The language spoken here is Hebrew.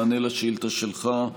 במענה על השאילתה שלך,